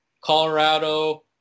Colorado